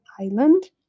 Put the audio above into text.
island